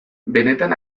benetan